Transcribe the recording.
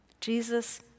Jesus